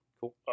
Cool